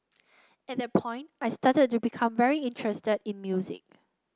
at that point I started to become very interested in music